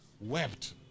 wept